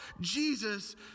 Jesus